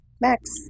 max